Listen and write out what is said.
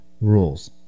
rules